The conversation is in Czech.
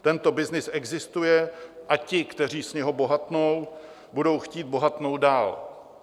Tento byznys existuje a ti, kteří z něho bohatnou, budou chtít bohatnout dál.